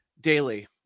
Daily